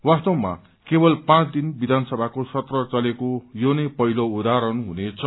वास्तवमा केव्ल पाँच दिन विधानसभाको सत्र चलेको यो नै पहिलो उदाहरण हुनेछ